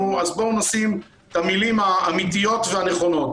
אז בואו נשים את המילים האמיתיות והנכונות.